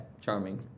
charming